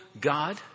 God